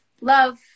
love